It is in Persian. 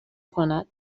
کند